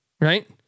right